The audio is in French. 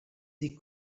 des